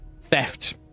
Theft